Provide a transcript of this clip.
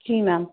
जी ma'am